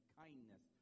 kindness